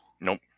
Nope